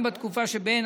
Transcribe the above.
אם בתקופה שבין